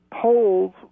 polls